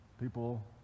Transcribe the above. People